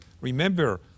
remember